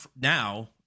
now